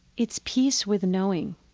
it's peace with knowing.